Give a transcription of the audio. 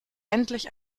endlich